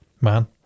Man